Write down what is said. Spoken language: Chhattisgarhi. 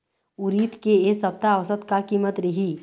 उरीद के ए सप्ता औसत का कीमत रिही?